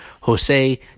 Jose